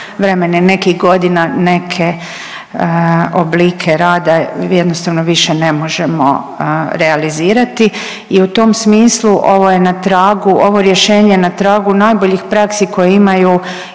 vremena i nekih godina neke oblike rada jednostavno više ne možemo realizirati i u tom smislu ovo je na tragu, ovo rješenje je na tragu najboljih praksi koje imaju